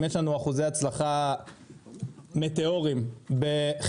אם יש לנו אחוזי הצלחה מטאורים בחברות